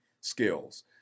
skills